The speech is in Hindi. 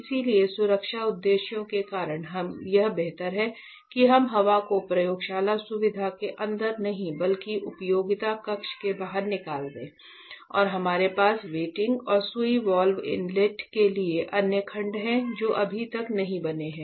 इसलिए सुरक्षा उद्देश्यों के कारण यह बेहतर है कि हम हवा को प्रयोगशाला सुविधा के अंदर नहीं बल्कि उपयोगिता कक्ष में बाहर निकाल दें और हमारे पास वेंटिंग और सुई वाल्व इनलेट के लिए अन्य खंड हैं जो अभी तक नहीं बने हैं